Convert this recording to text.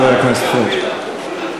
חבר הכנסת פריג'.